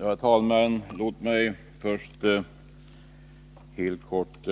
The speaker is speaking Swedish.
Herr talman! Låt mig börja med att